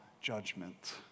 judgment